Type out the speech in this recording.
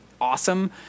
awesome